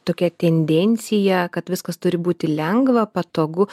tokia tendencija kad viskas turi būti lengva patogu